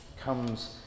comes